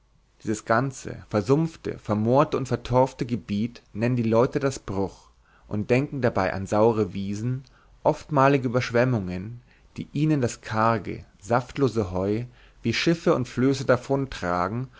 dieses ganze versumpfte vermoorte und vertorfte gebiet nennen die leute das bruch und denken dabei an saure wiesen oftmalige überschwemmungen die ihnen das karge saftlose heu wie schiffe und flöße